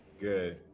good